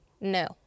no